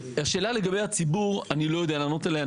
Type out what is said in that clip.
השאלה לגבי הציבור אני לא יודע לענות עליה.